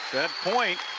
that point.